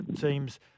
teams